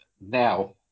now